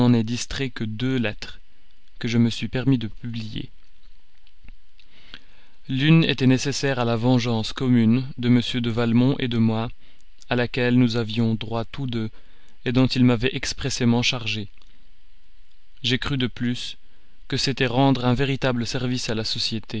distrait que deux lettres que je me suis permis de publier l'une était nécessaire à la vengeance commune de m de valmont de moi à laquelle nous avions droit tous deux dont il m'avait expressément chargé j'ai cru de plus que c'était rendre un véritable service à la société